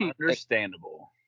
Understandable